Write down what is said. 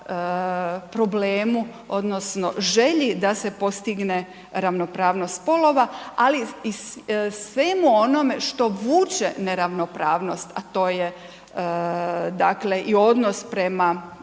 problemu odnosno želji da se postigne ravnopravnost spolova, ali i svemu onome što vuče neravnopravnost, a to je dakle i odnos prema